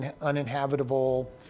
uninhabitable